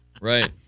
Right